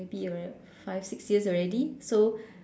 maybe five six years already so